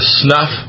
snuff